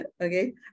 Okay